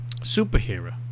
Superhero